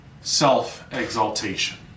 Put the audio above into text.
self-exaltation